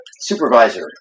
supervisor